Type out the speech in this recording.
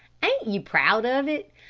ain't ye proud of it?